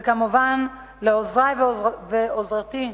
וכמובן, לעוזרי ולעוזרתי,